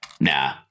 nah